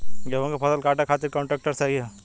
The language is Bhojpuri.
गेहूँ के फसल काटे खातिर कौन ट्रैक्टर सही ह?